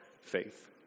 faith